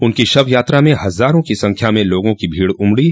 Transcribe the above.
उनकी शव यात्रा में हजारों के संख्या में लोगों की भीड़ उमड़ो